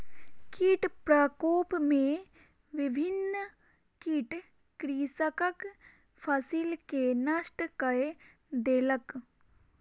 कीट प्रकोप में विभिन्न कीट कृषकक फसिल के नष्ट कय देलक